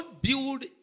build